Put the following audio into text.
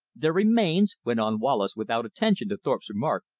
there remains, went on wallace without attention to thorpe's remark,